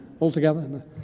altogether